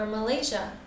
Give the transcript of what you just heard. Malaysia